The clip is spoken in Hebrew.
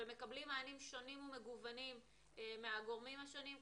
ומקבלים מענים שונים ומגוונים מהגורמים השונים.